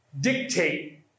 dictate